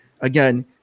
again